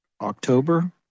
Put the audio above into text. October